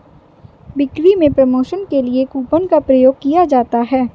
बिक्री में प्रमोशन के लिए कूपन का प्रयोग किया जाता है